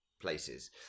places